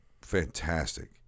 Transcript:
fantastic